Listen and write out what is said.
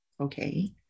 okay